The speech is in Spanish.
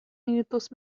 minutos